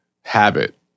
habit